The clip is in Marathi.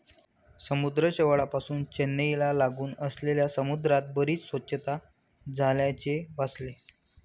समुद्र शेवाळापासुन चेन्नईला लागून असलेल्या समुद्रात बरीच स्वच्छता झाल्याचे वाचले